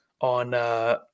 on